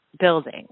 building